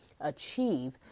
achieve